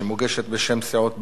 שמוגשת בשם סיעות בל"ד,